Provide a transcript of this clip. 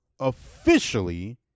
officially –